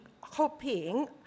hoping